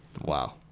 Wow